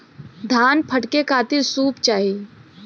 धान फटके खातिर सूप चाही